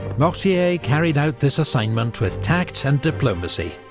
mortier carried out this assignment with tact and diplomacy,